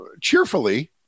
cheerfully